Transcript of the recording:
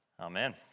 Amen